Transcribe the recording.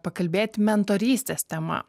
pakalbėti mentorystės tema